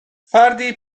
فردی